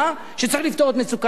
שצריך לפתור את מצוקת הדיור.